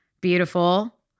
beautiful